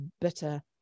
bitter